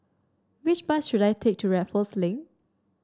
which bus should I take to Raffles Link